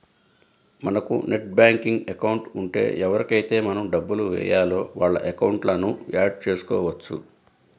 మనకు net banking account ఉంటే ఎవరికైతే మనం డబ్బులు వేయాలో వాళ్ళ అకౌంట్లను యాడ్ చేసుకోవచ్చు